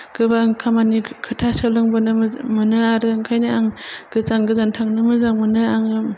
गोबां खामनि खोथा सोलोंबोनो मोनो आरो ओंखायनो आं गोजान गोजान थांनो मोजां मोनो आङो